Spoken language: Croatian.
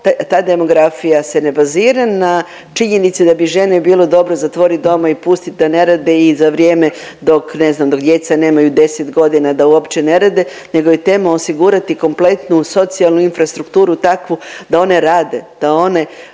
ta demografija se ne bazira na činjenici da bi žene bilo dobro zatvorit doma i pustit da ne rade i da za vrijeme dok ne znam dok djeca nemaju 10 godina da uopće ne rade nego je tema osigurati kompletnu socijalnu infrastrukturu takvu da one rade, da one